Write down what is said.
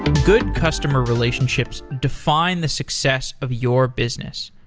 good customer relationships define the success of your business.